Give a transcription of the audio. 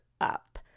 up